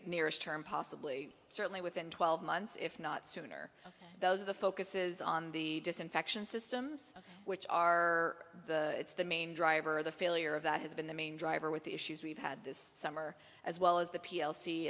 near term possibly certainly within twelve months if not sooner those are the focuses on the disinfection systems which are the main driver the failure of that has been the main driver with the issues we've had this summer as well as the p l c